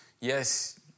yes